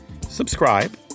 subscribe